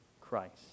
Christ